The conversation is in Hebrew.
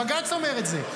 בג"ץ אומר את זה.